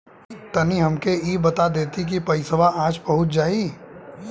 तनि हमके इ बता देती की पइसवा आज पहुँच जाई?